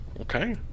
Okay